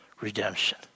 redemption